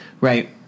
right